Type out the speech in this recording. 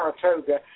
Saratoga